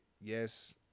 yes